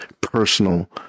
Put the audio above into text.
personal